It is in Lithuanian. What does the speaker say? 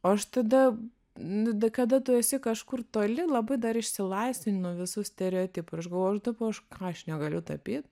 aš tada nu d kada tu esi kažkur toli labai dar išsilaisvini nuo visų stereotipų ir aš galvojau aš d ką aš negaliu tapyt